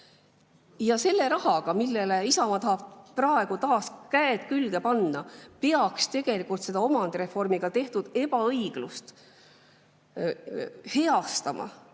Selle rahaga, millele Isamaa tahab praegu taas käed külge panna, peaks tegelikult seda omandireformiga tehtud ebaõiglust heastama,